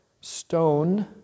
Stone